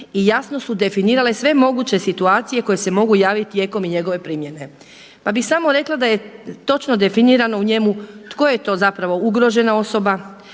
i jasno su definirale sve moguće situacije koje se mogu javiti i tijekom njegove primjene. Pa bi samo rekla da je točno definirano u njemu tko je to zapravo ugrožena osoba,